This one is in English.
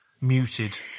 muted